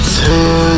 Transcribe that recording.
two